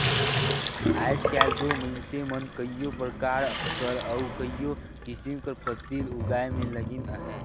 आएज काएल दो मइनसे मन कइयो परकार कर अउ कइयो किसिम कर फसिल उगाए में लगिन अहें